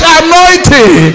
anointing